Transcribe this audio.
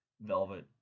Velvet